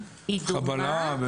חבלה,